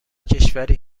کشوری